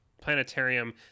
planetarium